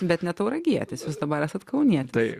bet ne tauragietis vis dabar esu kaunietė